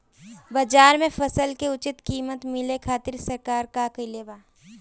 बाजार में फसल के उचित कीमत मिले खातिर सरकार का कईले बाऽ?